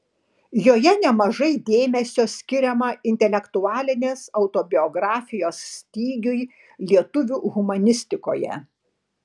joje nemažai dėmesio skiriama intelektualinės autobiografijos stygiui lietuvių humanistikoje